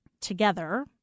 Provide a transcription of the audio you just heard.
together